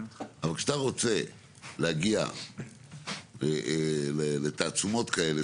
אבל כשאתה רוצה להגיע לתעצומות כאלה,